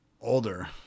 older